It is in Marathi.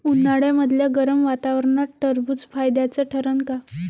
उन्हाळ्यामदल्या गरम वातावरनात टरबुज फायद्याचं ठरन का?